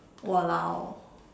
!walao!